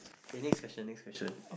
K next question next question